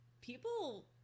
people